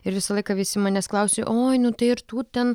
ir visą laiką visi manęs klausia oi nu tai ar tu ten